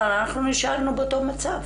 אבל סליחה, נשארנו באותו מצב.